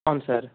అవును సార్